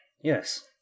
Yes